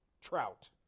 trout